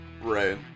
right